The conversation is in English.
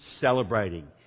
celebrating